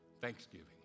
Thanksgiving